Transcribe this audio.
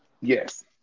Yes